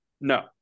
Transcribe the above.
No